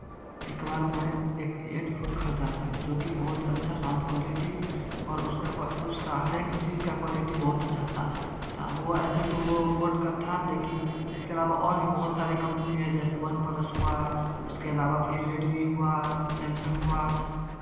एक बार मैं एक फून खरीदा था जो कि बहुत अच्छा साउंड क्वालिटी और उसका उसका हर एक चीज का क्वालिटी बहुत अच्छा था वो ऐसे तो बोट का था लेकिन इकसे आलावा और भी बहुत सारी कम्पनी है जैसे वन प्लस हुआ उसके आलावा फिर रेड्मी हुआ सेमसंग हुआ